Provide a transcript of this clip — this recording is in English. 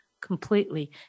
completely